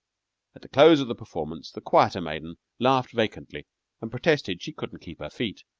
at the close of the performance the quieter maiden laughed vacantly and protested she couldn't keep her feet.